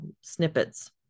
snippets